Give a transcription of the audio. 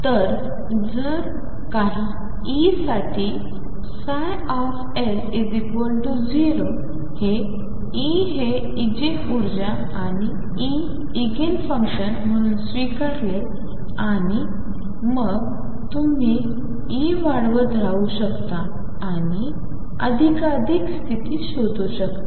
तर जर काही E साठी ψ 0 हे E हे इगेन ऊर्जा आणि E इगेन फंक्शन म्हणून स्वीकारले आणि मग तुम्ही E वाढवत राहू शकता आणि अधिकाधिक स्तिथी शोधू शकता